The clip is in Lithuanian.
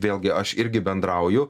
vėlgi aš irgi bendrauju